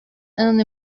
and